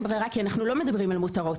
ברירה כי אנחנו לא מדברים על מותרות.